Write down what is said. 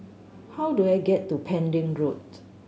how do I get to Pending Road